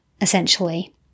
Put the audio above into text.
essentially